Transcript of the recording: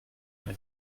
ende